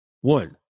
One